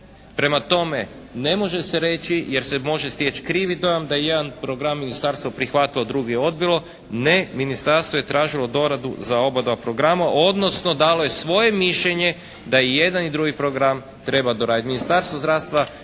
Prema tome, ne može se reći jer se može steći krivi dojam da jedan program ministarstvo prihvatilo, drugi odbilo. Ne. Ministarstvo je tražilo doradu za obadva programa, odnosno dalo je svoje mišljenje da jedan i drugi program treba doraditi.